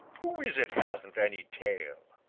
who is it hasn't any tail?